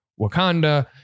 Wakanda